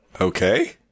okay